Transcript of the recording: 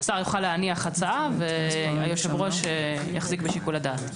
השר יוכל להניח הצעה והיושב-ראש יחזיק בשיקול הדעת.